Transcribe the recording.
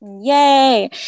Yay